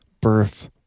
birth